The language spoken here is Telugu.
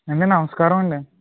ఏమండి నమస్కారమండి